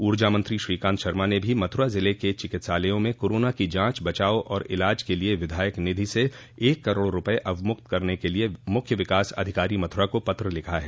ऊर्जा मंत्री श्रीकांत शर्मा ने भी मथुरा जिले के चिकित्सालयों में कोरोना की जांच बचाव व इलाज के लिए विधायक निधि से एक करोड़ रूपये अवमुक्त करने के लिए मुख्य विकास अधिकारी मथुरा को पत्र लिखा है